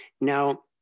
Now